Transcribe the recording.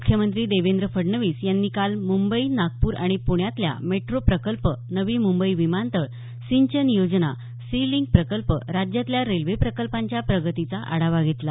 मुख्यमंत्री देवेंद्र फडणवीस यांनी काल मुंबई नागपूर आणि पुण्यातल्या मेट्रो प्रकल्प नवी मुंबई विमानतळ सिंचन योजना सी लिंक प्रकल्प राज्यातल्या रेल्वे प्रकल्पांच्या प्रगतीचा आढावा घेतला